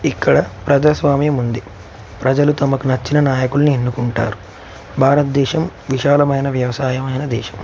ఇక్కడ ప్రజాస్వామ్యం ఉంది ప్రజలు తమకు నచ్చిన నాయకుల్ని ఎన్నుకుంటారు భారతదేశం విశాలమైన వ్యవసాయమైన దేశం